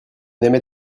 aimait